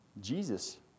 Jesus